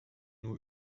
nur